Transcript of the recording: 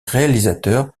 réalisateur